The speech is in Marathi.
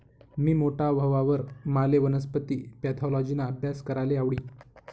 मी मोठा व्हवावर माले वनस्पती पॅथॉलॉजिना आभ्यास कराले आवडी